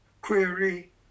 query